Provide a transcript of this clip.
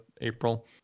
April